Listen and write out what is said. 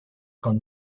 con